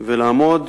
לעמוד